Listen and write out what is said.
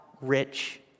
rich